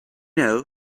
know